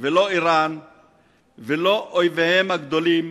ולא אירן ולא אויביה הגדולים